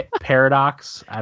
Paradox